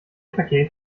paket